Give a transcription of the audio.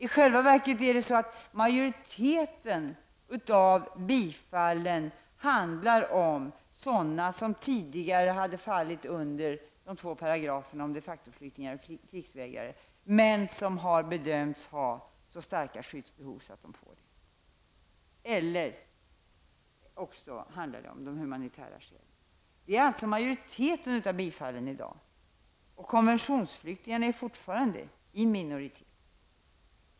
I själva verket är majoriteten av dem som får bifall sådana som tidigare hade fallit under de två paragraferna om de facto-flyktingar och krigsvägrare, men som har bedömts ha så starka skyddsbehov att de får uppehållstillstånd eller också handlar det om humanitära skäl. Detta gäller alltså majoriteten av bifallen i dag. Konventionsflyktingarna är fortfarande i minoritet.